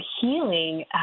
healing